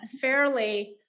fairly